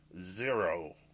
zero